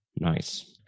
Nice